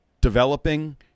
developing